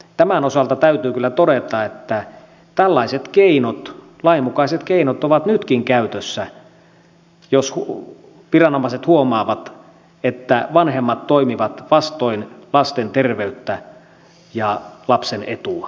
tämän osalta täytyy kyllä todeta että tällaiset keinot lainmukaiset keinot ovat nytkin käytössä jos viranomaiset huomaavat että vanhemmat toimivat vastoin lasten terveyttä ja lapsen etua